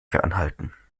fernhalten